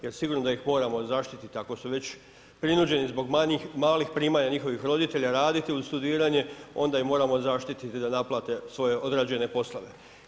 Jer sigurno da ih moramo zaštiti ako su već prinuđeni zbog malih primanja njihovih roditelja raditi uz studiranje, onda ih moramo zaštititi da naplate svoje odrađene poslove.